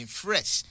fresh